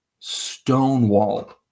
Stonewall